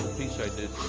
piece i did